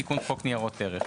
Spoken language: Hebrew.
תיקון חוק הבנקאות (רישוי).